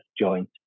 joint